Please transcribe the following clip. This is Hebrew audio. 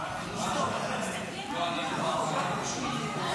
לתיקון פקודת התעבורה (מס' 137),